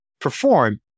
perform